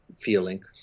feeling